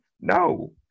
No